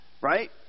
right